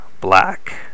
Black